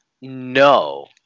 No